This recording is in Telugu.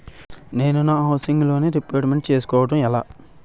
నేను నా హౌసిగ్ లోన్ రీపేమెంట్ చేసుకోవటం ఎలా?